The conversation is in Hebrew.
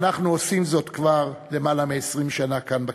ואנחנו עושים זאת כבר למעלה מ-20 שנה כאן בכנסת,